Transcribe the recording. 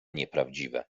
nieprawdziwe